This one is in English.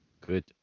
Good